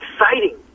exciting